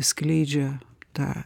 skleidžia tą